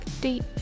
Deep